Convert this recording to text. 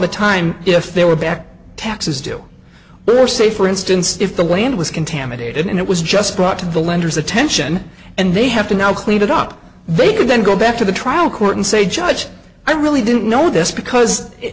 the time if there were back taxes due were say for instance if the land was contaminated and it was just brought to the lenders attention and they have to now clean it up they could then go back to the trial court and say judge i really didn't know this because it